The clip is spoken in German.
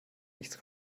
nichts